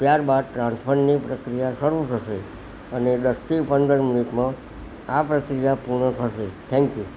ત્યારબાદ ટ્રાન્સફરની પ્રક્રિયા શરૂ થશે અને દસથી પંદર મિનિટમાં આ પ્રક્રિયા પૂર્ણ થશે થેન્ક્યુ